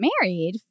married